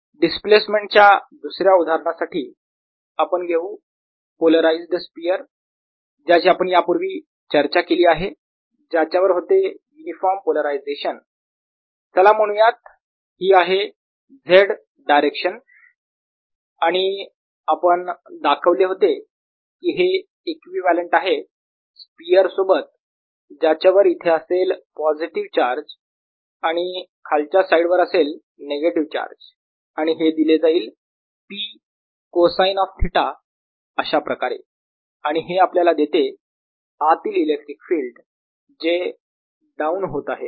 displacement च्या दुसऱ्या उदाहरणासाठी आपण घेऊ पोलोराईझ्ड स्पियर ज्याची आपण यापूर्वी चर्चा केली आहे ज्याच्यावर होते युनिफॉर्म पोलरायझेशन चला म्हणूयात ही आहे Z डायरेक्शन आणि आपण दाखवले होते की हे इक्विवलेंट आहे स्पियर सोबत ज्याच्यावर इथे असेल पॉझिटिव चार्ज आणि खालच्या साईड वर असेल निगेटिव्ह चार्ज आणि हे दिले जाईल P कोसाइन ऑफ थिटा अशाप्रकारे आणि हे आपल्याला देते आतील इलेक्ट्रिकल फिल्ड जे डाउन होत आहे